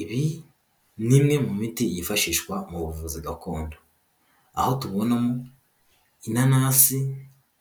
Ibi ni imwe mu miti yifashishwa mu buvuzi gakondo aho tubona inanasi